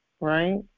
right